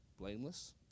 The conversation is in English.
blameless